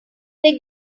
they